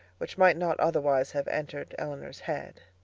which might not otherwise have entered elinor's head.